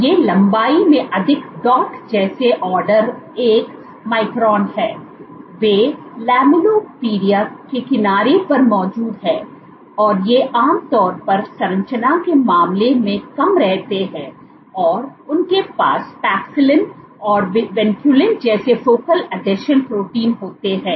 ये लंबाई में अधिक डॉट जैसे ऑर्डर 1 माइक्रोन हैं वे लैमेलिपोडिया के किनारे पर मौजूद हैं और ये आम तौर पर संरचना के मामले में कम रहते हैं और उनके पास पैक्सिलिन और विनक्यूलिन जैसे फोकल आसंजन प्रोटीन होते हैं